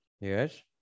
Yes